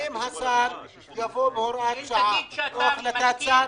אם השר יבוא בהוראת שעה או החלטת שר,